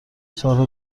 سالها